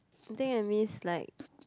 I think I miss like